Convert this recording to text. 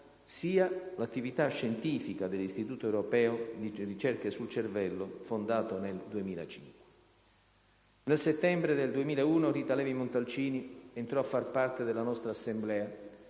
sia l'attività scientifica dell'Istituto europeo di ricerca sul cervello, fondato nel 2005. Nel settembre del 2001 Rita Levi-Montalcini entrò a far parte nella nostra Assemblea,